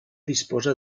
disposa